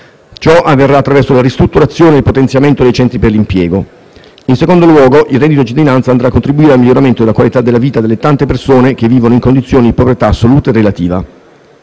Ciò avverrà attraverso la ristrutturazione e il potenziamento dei Centri per l'impiego. In secondo luogo, il reddito di cittadinanza andrà a contribuire al miglioramento della qualità della vita delle tante persone che vivono in condizioni di povertà assoluta e relativa.